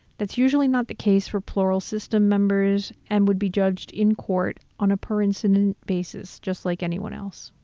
that's usually not the case for plural system members and would be judged in court on a per incident basis, just like anyone else.